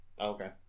Okay